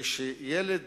כשילד